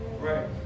Right